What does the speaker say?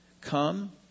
Come